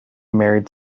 married